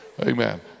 Amen